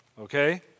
Okay